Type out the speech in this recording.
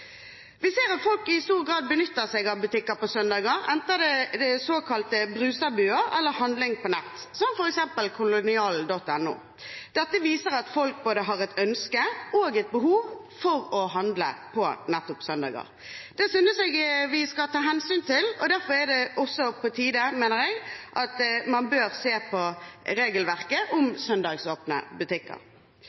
Vi ser at folk i stor grad benytter seg av butikker på søndager, enten det er såkalte Brustad-buer eller handling på nett, som f.eks. kolonial.no. Dette viser at folk har både ønske om og behov for å handle på nettopp søndager. Det synes jeg vi skal ta hensyn til. Derfor er det på tide, mener jeg, at man ser på regelverket for søndagsåpne butikker.